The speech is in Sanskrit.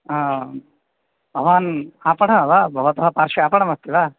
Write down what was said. हा भवान् आपणिकः वा भवतः पार्श्वे आपणमस्ति वा